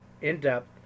in-depth